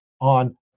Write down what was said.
on